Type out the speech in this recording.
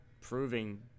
proving